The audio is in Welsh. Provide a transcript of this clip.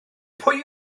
pwy